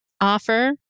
offer